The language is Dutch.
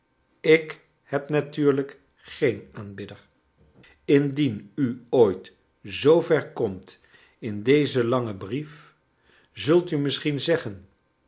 ik heb natuurlijk geen aanbidder indien u ooit zoo ver komt in dezen langen brief zult u misschien zeggen